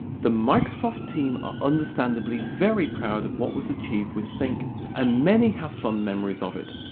the microsoft team are understandably very proud of what was achieved with sync and many have fond memories of it.